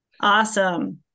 Awesome